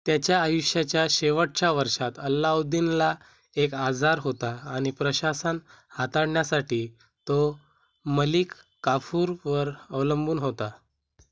त्याच्या आयुष्याच्या शेवटच्या वर्षात अल्लाउद्दीनला एक आजार होता आणि प्रशासन हाताळण्यासाठी तो मलिक काफूरवर अवलंबून होता